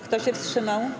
Kto się wstrzymał?